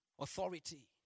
Authority